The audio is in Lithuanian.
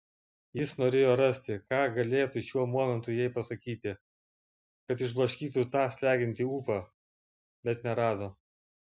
jis norėjo rasti ką galėtų šiuo momentu jai pasakyti kad išblaškytų tą slegiantį ūpą bet nerado